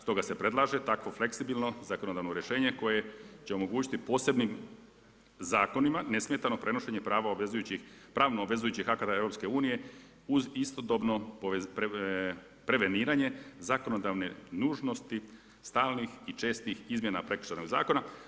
Stoga se predlaže takvo fleksibilno zakonodavno rješenje koje će omogućiti posebnim zakonima nesmetano prenošenje prava obvezujućih, pravno obvezujućih akata EU uz istodobno preveniranje zakonodavne nužnosti stalnih i čestih izmjena Prekršajnog zakona.